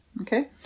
Okay